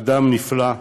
אדם נפלא,